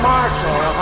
Marshall